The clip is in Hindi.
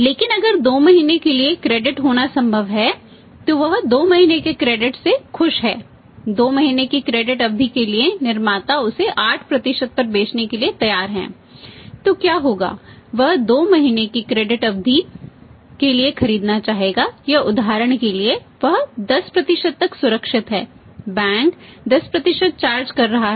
लेकिन अगर 2 महीने के लिए क्रेडिट अवधि के लिए निर्माता भी 10 चार्ज कर रहा है